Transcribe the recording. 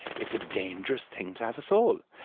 it's a dangerous thing to have a soul.